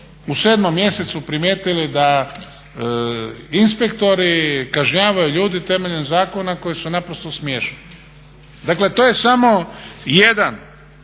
u 7 mjesecu primijetili da inspektori kažnjavaju ljude temeljem zakona koji su naprosto smiješni. Dakle, to je samo jedna